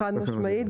חד משמעית.